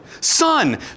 son